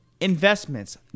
investments